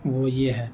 وہ یہ ہے